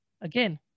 again